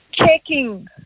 checking